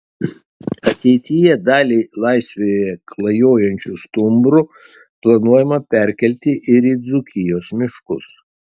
ateityje dalį laisvėje klajojančių stumbrų planuojama perkelti ir į dzūkijos miškus